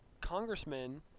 congressmen